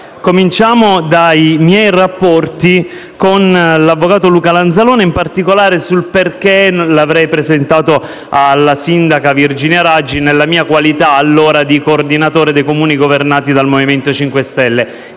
Cominciamo dai miei rapporti con l'avvocato Luca Lanzalone, in particolare sul perché non l'avrei presentato alla sindaca Virginia Raggi nella mia qualità, allora, di coordinatore dei Comuni governati dal MoVimento 5 Stelle.